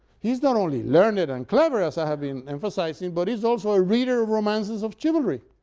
he's not only learned and clever, as i have been emphasizing, but he's also a reader of romances of chivalry,